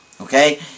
okay